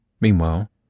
Meanwhile